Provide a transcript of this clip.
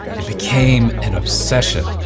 it became an obsession.